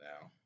now